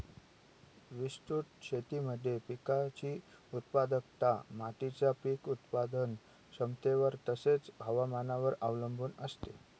विस्तृत शेतीमध्ये पिकाची उत्पादकता मातीच्या पीक उत्पादन क्षमतेवर तसेच, हवामानावर अवलंबून असते